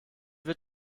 wird